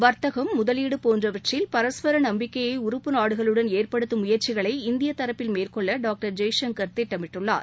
வர்த்தகம் முதலீடுபோன்றவற்றில் பரஸ்பரநம்பிக்கையைஉறுப்பு நாடுகளுடன் ஏற்படுத்தும் முயற்சிகளை இந்தியதரப்பில் மேற்கொள்ளடாக்டர் ஜெய்சங்கர் திட்டமிட்டுள்ளார்